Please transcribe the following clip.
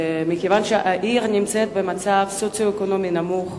מכיוון שהעיר נמצאת במצב סוציו-אקונומי נמוך,